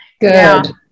Good